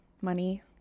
money